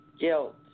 guilt